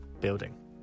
building